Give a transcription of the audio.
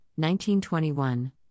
1921